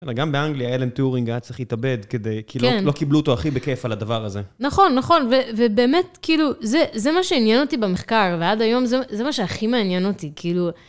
אלא גם באנגליה אלן טיורינג היה צריך להתאבד כדי...כי... כן. כי לא קיבלו אותו הכי בכיף על הדבר הזה. נכון, נכון, ובאמת, כאילו, זה מה שעניין אותי במחקר, ועד היום זה מה שהכי מעניין אותי, כאילו...